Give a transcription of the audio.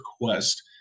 request